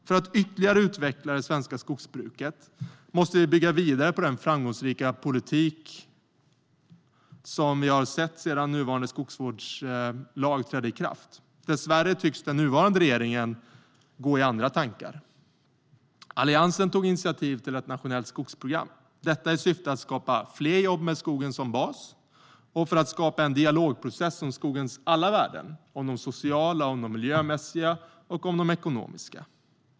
För att ytterligare utveckla det svenska skogsbruket måste vi bygga vidare på den framgångsrika utveckling och politik som vi sett sedan nuvarande skogsvårdslag trädde i kraft. Dessvärre tycks den nuvarande regeringen gå i andra tankar. Alliansen tog initiativ till ett nationellt skogsprogram i syfte att skapa fler jobb med skogen som bas och för att skapa en dialogprocess om skogens alla värden - de sociala, miljömässiga och ekonomiska.